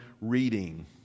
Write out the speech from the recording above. reading